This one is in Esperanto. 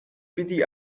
vidi